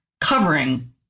covering